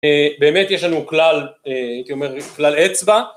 אה... באמת יש לנו כלל, אה... הייתי אומר, כלל אצבע...